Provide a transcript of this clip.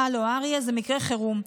הלו, אריה, זה מקרה חירום.